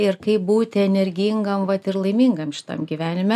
ir kaip būti energingam vat ir laimingam šitam gyvenime